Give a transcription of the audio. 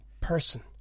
person